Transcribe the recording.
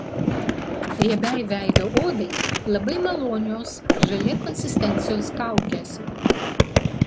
riebiai veido odai labai malonios želė konsistencijos kaukės